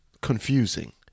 confusing